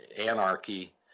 anarchy